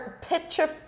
picture